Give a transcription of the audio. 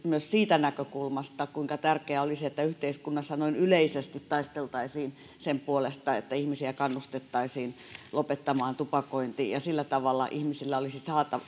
siitä näkökulmasta kuinka tärkeää olisi että yhteiskunnassa noin yleisesti taisteltaisiin sen puolesta että ihmisiä kannustettaisiin lopettamaan tupakointi ja sillä tavalla ihmisillä olisi